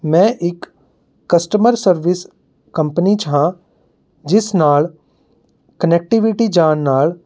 ਮੈਂ ਇੱਕ customer service company 'ਚ ਹਾਂ ਜਿਸ ਨਾਲ ਕਨੈਕਟਿਵਿਟੀ ਜਾਣ ਨਾਲ਼